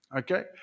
okay